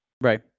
Right